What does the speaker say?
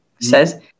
says